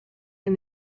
and